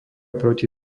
proti